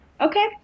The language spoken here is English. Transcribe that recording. Okay